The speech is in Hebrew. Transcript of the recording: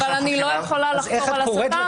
אבל אני לא יכולה לחקור על הסתה,